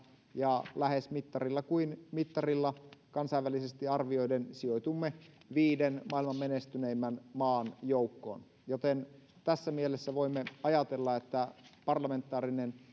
ja lähes mittarilla kuin mittarilla kansainvälisesti arvioiden sijoitumme viiden maailman menestyneimmän maan joukkoon joten tässä mielessä voimme ajatella että parlamentaarinen